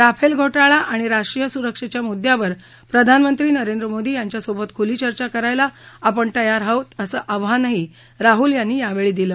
Rafale घोटाळा आणि राष्ट्रीय सुरक्षेच्या मुद्द्यावर प्रधानमंत्री नरेंद्र मोदी यांच्यासोबत खुली चर्चा करायला आपण तयार आहोत असं आव्हानही राहुल यांनी यावेळी दिलं